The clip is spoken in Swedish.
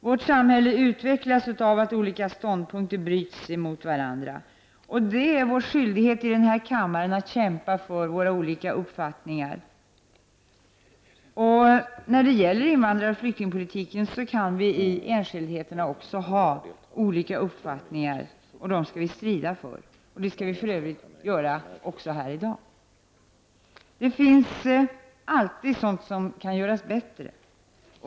Vårt samhälle utvecklas genom att olika ståndpunkter bryts mot varandra. Det är vår skyldighet i den här kammaren att kämpa för våra olika uppfattningar. När det gäller invandraroch flyktingpolitiken kan vi i enskildheter också ha olika uppfattningar. Dem skall vi strida för, och det skall vi för övrigt göra också här i dag. Det finns alltid sådant som kan göras bättre.